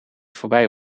voorbij